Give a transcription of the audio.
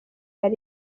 aline